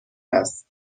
است